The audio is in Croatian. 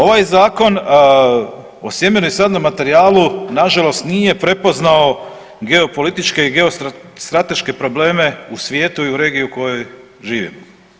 Ovaj Zakon o sjemenu i sadnom materijalu nažalost nije prepoznao geopolitičke i geostrateške probleme u svijetu i u regiji u kojoj živimo.